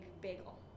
bagel